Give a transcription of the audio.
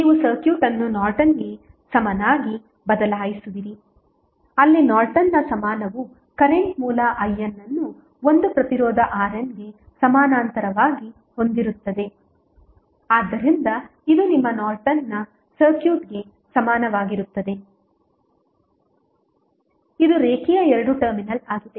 ನೀವು ಸರ್ಕ್ಯೂಟ್ ಅನ್ನು ನಾರ್ಟನ್ಗೆ ಸಮನಾಗಿ ಬದಲಾಯಿಸುವಿರಿ ಅಲ್ಲಿ ನಾರ್ಟನ್ನ ಸಮಾನವು ಕರೆಂಟ್ ಮೂಲ IN ಅನ್ನು ಒಂದು ಪ್ರತಿರೋಧ RNಗೆ ಸಮಾನಾಂತರವಾಗಿ ಹೊಂದಿರುತ್ತದೆ ಆದ್ದರಿಂದ ಇದು ನಿಮ್ಮ ನಾರ್ಟನ್ನ ಸರ್ಕ್ಯೂಟ್ಗೆ ಸಮನಾಗಿರುತ್ತದೆ ಇದು ರೇಖೀಯ ಎರಡು ಟರ್ಮಿನಲ್ಆಗಿದೆ